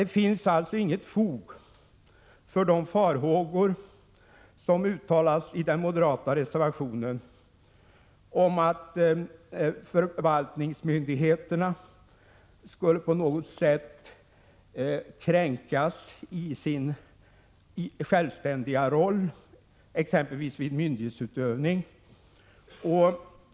Det finns inget fog för de farhågor som uttalas i den moderata reservationen om att förvaltningsmyndigheterna på något sätt skulle kränkas i sin självständiga roll, exempelvis vid myndighetsutövning.